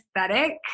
aesthetic